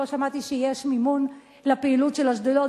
ולא שמעתי שיש מימון לפעילות של השדולות,